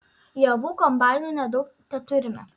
javų kombainų nedaug teturime